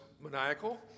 maniacal